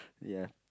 ya